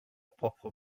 propre